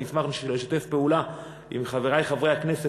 אני אשמח לשתף פעולה עם חברי חברי הכנסת